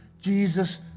jesus